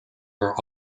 are